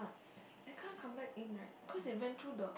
I can't compare in right because it went through the